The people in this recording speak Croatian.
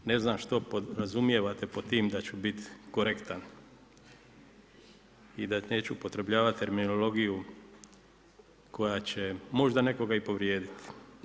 Ne znam što podrazumijevate pod tim da ću biti korektan i da neću upotrebljavati terminologiju koja će možda nekoga i povrijediti.